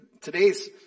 today's